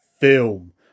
film